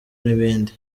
n’ibindi